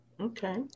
Okay